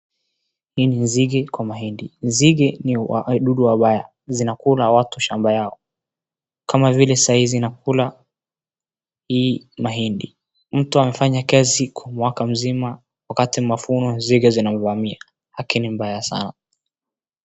Hii ni nzige kwa mahindi. Nzige ni wadudu wabaya. Zinakula watu shamba yao. Kama vile saai zinakula hii mahindi. Mtu amefanya kazi kwa mwaka mzima, wakati wa mavuno nzige zinamvamia. Aki ni mbaya sana.